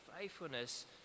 faithfulness